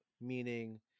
Meaning